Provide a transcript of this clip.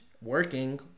Working